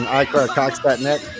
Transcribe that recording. iCarCox.net